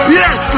yes